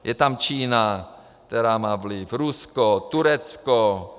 Je tam Čína, která má vliv, Rusko, Turecko.